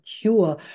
cure